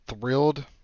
thrilled